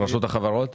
רשות החברות?